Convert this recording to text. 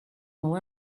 will